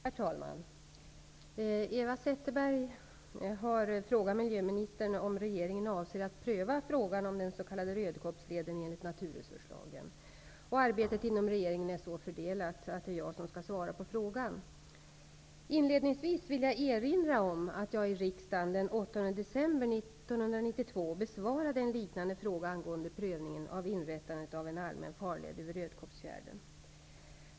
Herr talman! Eva Zetterberg har frågat miljöministern om regeringen avser att pröva frågan om den s.k. Rödkobbsleden enligt naturresurslagen. Arbetet inom regeringen är så fördelat att det är jag som skall svara på frågan. Inledningsvis vill jag erinra om att jag i riksdagen den 8 december 1992 besvarade en liknande fråga angående prövning av inrättandet av en allmän farled över Rödkobbsfjärden.